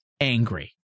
angry